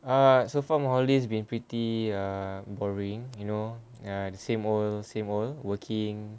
err so far holidays been pretty um boring you know ya same world same world working